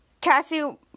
Cassie